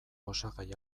osagai